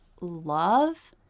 love